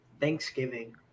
Thanksgiving